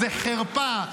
זאת חרפה,